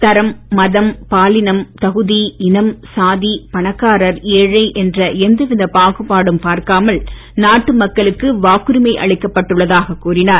தரம் மதம் பாலினம் தகுதி இனம் சாதி பணக்காரர் ஏழை என்ற எந்தவித பாகுபாடும் பார்க்காமல் நாட்டு மக்களுக்கு வாக்குரிமை அளிக்கப்பட்டுள்ளதாக கூறினார்